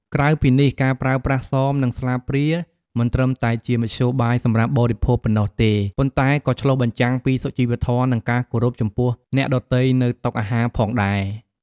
ក្រៅពីនេះការប្រើប្រាស់សម និងស្លាបព្រាមិនត្រឹមតែជាមធ្យោបាយសម្រាប់បរិភោគប៉ុណ្ណោះទេ ប៉ុន្តែក៏ឆ្លុះបញ្ចាំងពីសុជីវធម៌ និងការគោរពចំពោះអ្នកដទៃនៅតុអាហារផងដែរ។